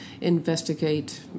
investigate